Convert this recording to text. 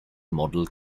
model